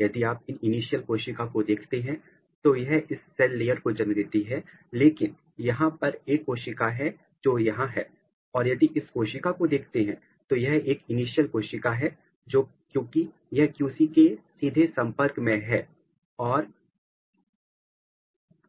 यदि आप इस इनिशियल कोशिका को देखते हैं तो यह इस सेल लेयर को जन्म देती है लेकिन यहां पर एक कोशिका है जो यहां है और यदि इस कोशिका को देखते हैं तो यह एक इनिशियल कोशिका है क्योंकि यह क्यू सी के सीधे संपर्क में है